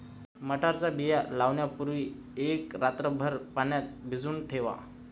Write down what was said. मटारच्या बिया लावण्यापूर्वी एक रात्रभर पाण्यात भिजवून ठेवा